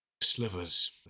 slivers